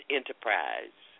enterprise